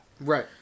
Right